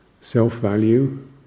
self-value